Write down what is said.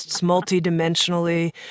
multidimensionally